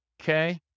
Okay